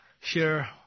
share